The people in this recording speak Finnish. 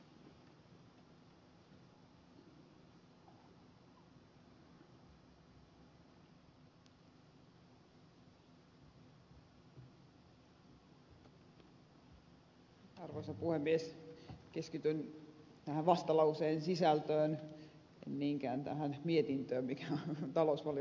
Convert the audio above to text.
keskityn tähän vastalauseen sisältöön en niinkään tähän mietintöön joka on talousvaliokunnasta tullut